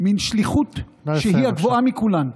מין שליחות שהיא הגבוהה מכולם.